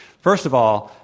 first of all,